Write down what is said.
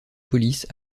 police